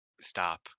Stop